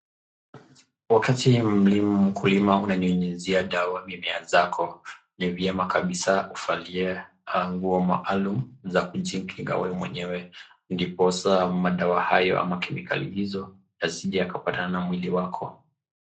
Wakati mkulima unanyunyuzia dawa mimea zako, ni vyema kabisa uvalie nguo maalum za kujikinga wewe mwenyewe , ndiposa madawa hayo ama kemikali hizo yasije yakapatana na mwili wako.